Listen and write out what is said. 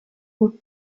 gut